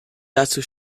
dazu